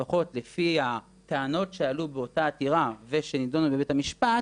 לפחות לפי הטענות שעלו באותה עתירה ושנידונו בבית המשפט,